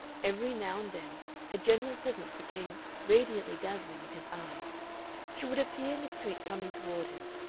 every now and then her general presence became radiantly dazzling in his eyes she would appear in the street coming toward him,